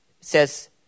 says